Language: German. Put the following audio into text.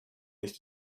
nicht